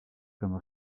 comme